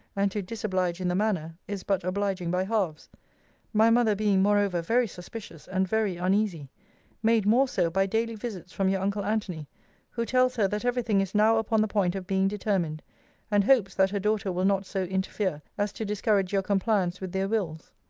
and to disoblige in the manner, is but obliging by halves my mother being moreover very suspicious, and very uneasy made more so by daily visits from your uncle antony who tells her, that every thing is now upon the point of being determined and hopes, that her daughter will not so interfere, as to discourage your compliance with their wills.